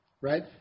right